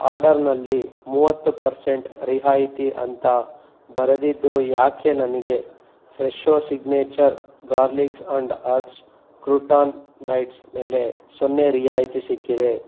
ಆರ್ಡರ್ನಲ್ಲಿ ಮೂವತ್ತು ಪರ್ಸೆಂಟ್ ರಿಯಾಯಿತಿ ಅಂತ ಬರೆದಿದ್ದರೂ ಏಕೆ ನನಗೆ Fresho signature garlics and herbs crouton bites ಮೇಲೆ ಸೊನ್ನೆ ರಿಯಾಯಿತಿ ಸಿಕ್ಕಿದೆ